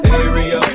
area